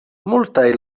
multaj